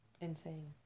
Insane